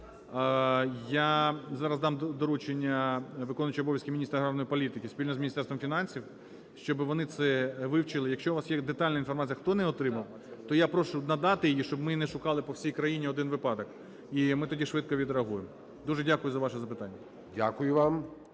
Я зараз дам доручення виконуючому обов'язки міністра аграрної політики спільно з Міністерством фінансів, щоби вони це вивчили. Якщо у вас є детальна інформація, хто не отримав, то я прошу надати її, щоб ми не шукали по всій країні один випадок, і ми тоді швидко відреагуємо. Дуже дякую за ваше запитання. ГОЛОВУЮЧИЙ.